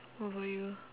what about you